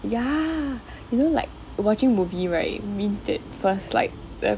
ya you know like watching movie right means that first like the